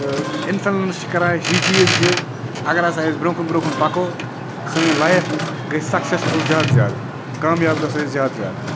تہٕ اِنفٕلَنٕس چھِ کَران اَسہِ یہِ چیٖز زِ اگر ہَسا أسۍ برٛونٛہہ کُن برٛونٛہہ کُن پَکو سٲنۍ لایِف گٔے سَکسٮ۪سفُل زیادٕ زیادٕ کامیاب گَژھو أسۍ زیادٕ زیادٕ